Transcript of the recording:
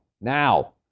Now